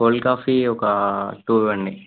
cold coffee ఒక two ఇవ్వండి